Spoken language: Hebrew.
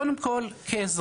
קודם כל כאזרח,